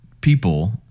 people